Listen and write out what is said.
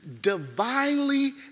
divinely